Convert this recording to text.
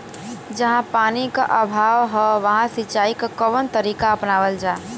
जहाँ पानी क अभाव ह वहां सिंचाई क कवन तरीका अपनावल जा?